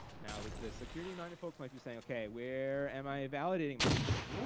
now the the security minded folks might be saying okay, where am i invalidating my input,